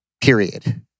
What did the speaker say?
period